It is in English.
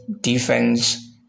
defense